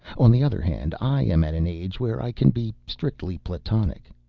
on the other hand, i am at an age where i can be strictly platonic.